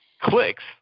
clicks